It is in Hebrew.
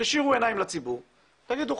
תיישרו עיניים לציבור ותגידו,